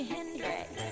Hendrix